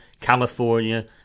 California